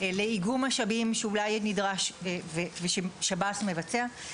לאיגום משאבים שאולי נדרש וששב"ס מבצע,